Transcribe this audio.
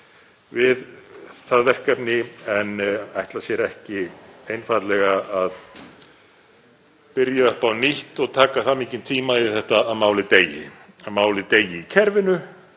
við það verkefni en ætla sér ekki einfaldlega að byrja upp á nýtt og taka það mikinn tíma í þetta að málið deyi í kerfinu,